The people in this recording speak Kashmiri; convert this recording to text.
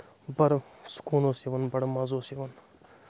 بَڑٕ سکوٗن اوس یِوان بَڑٕ مازٕ اوس یِوان